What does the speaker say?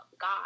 God